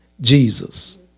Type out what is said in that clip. Jesus